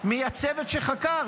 מהצוות שחקר,